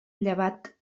llevat